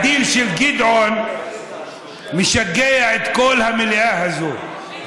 הדיל של גדעון משגע את כל המליאה הזאת,